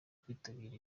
kwitabira